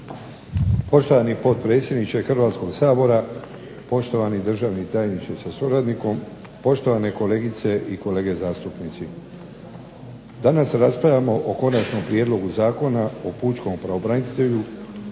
Poštovani potpredsjedniče Hrvatskog sabora, poštovani državni tajniče sa suradnikom, poštovane kolegice i kolege zastupnici. Danas raspravljamo o Konačnom prijedlogu zakona o pučkom pravobranitelju.